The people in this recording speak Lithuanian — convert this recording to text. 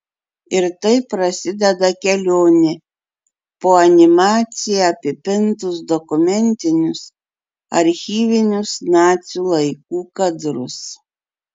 ir taip prasideda kelionė po animacija apipintus dokumentinius archyvinius nacių laikų kadrus